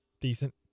decent